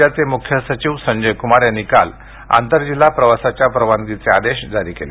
राज्याचे मुख्य सचिव संजय कुमार यांनी काल आंतरजिल्हा प्रवासाच्या परवानगीचे आदेश जारी केले